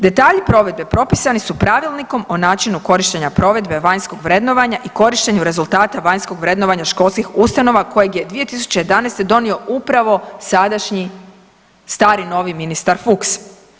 Detalji provedbe propisani su Pravilnikom o načinu korištenja provedbe vanjskog vrednovanja i korištenju rezultata vanjskog vrednovanja školskih ustanova kojeg je 2011. donio upravo sadašnji stari novi ministar Fuchs.